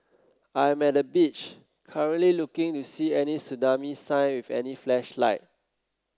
I am at the beach currently looking to see any tsunami sign with any flash light